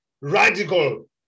radical